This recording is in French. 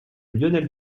lionel